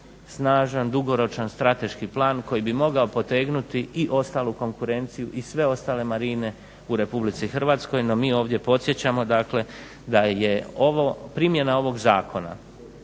snažan, dugoročan strateški plan koji bi mogao potegnuti i ostalu konkurenciji i sve ostale marine u RH. No mi ovdje podsjećamo dakle da je primjena ovog zakona